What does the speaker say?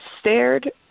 stared